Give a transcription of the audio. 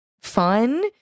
Fun